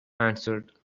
answered